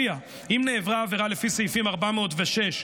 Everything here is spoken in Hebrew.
אם נעברה עבירה לפי סעיפים 406,